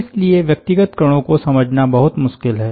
इसलिए व्यक्तिगत कणों को समझना बहुत मुश्किल है